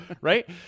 Right